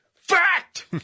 Fact